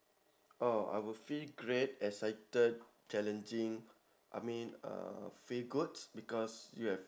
oh I will feel great excited challenging I mean uh feel good because you have